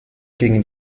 gingen